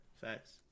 Facts